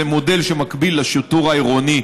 זה מודל שמקביל לשיטור העירוני,